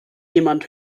jemand